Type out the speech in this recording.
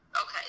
Okay